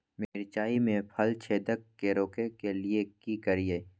मिर्चाय मे फल छेदक के रोकय के लिये की करियै?